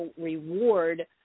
reward